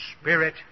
Spirit